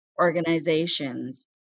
organizations